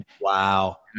Wow